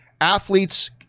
athletes